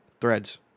Threads